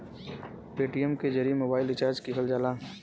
Paytm के जरिए mobile recharge किहल जाला